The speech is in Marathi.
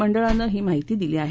मंडळानं ही माहिती दिली आहे